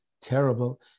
terrible